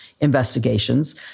investigations